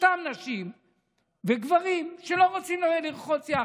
סתם נשים וגברים שלא רוצים לרחוץ יחד,